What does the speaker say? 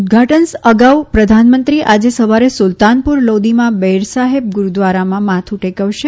ઉદઘાટન અગાઉ પ્રધાનમંત્રી આજે સવારે સુલતાનપુર લોદીમાં બેર સાહેબ ગુરૂદ્વારામાં માથુ ટેકવશે